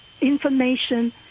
information